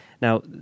Now